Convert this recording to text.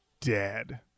dead